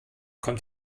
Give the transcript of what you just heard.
kommt